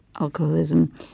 alcoholism